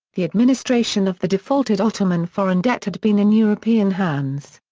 the administration of the defaulted ottoman foreign debt had been in european hands.